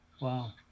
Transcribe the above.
Wow